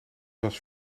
was